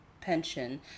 pension